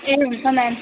ए हुन्छ म्याम